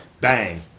Bang